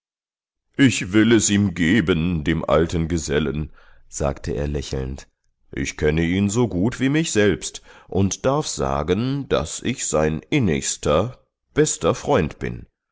ich will es ihm geben dem alten gesellen sagte er lächelnd ich kenne ihn so gut wie mich selbst und darf sagen daß ich sein innigster bester freund bin